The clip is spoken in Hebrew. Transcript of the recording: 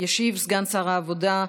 ישיב סגן שר העבודה,